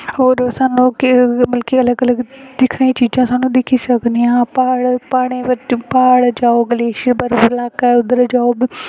होर सानूं कि मतलब कि अलग अलग दिक्खने गी चीज़ां सानूं दिक्खी सकने आं प्हाड़ प्हाड़ें च जाओ ग्लेशियर दा लाह्का ऐ उद्धर जाओ